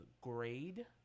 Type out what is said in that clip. grade